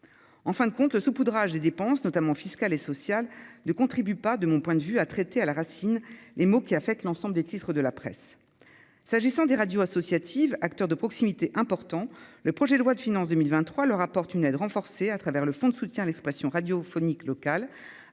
en fin de compte, le saupoudrage des dépenses, notamment fiscales et sociales ne contribue pas, de mon point de vue à traiter à la racine les maux qui affectent l'ensemble des titres de la presse, s'agissant des radios associatives, acteurs de proximité important : le projet de loi de finances 2023 leur apporte une aide renforcée à travers le fonds de soutien à l'expression radiophonique locale